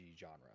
genre